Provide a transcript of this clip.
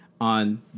on